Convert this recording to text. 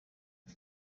iyi